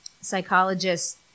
Psychologists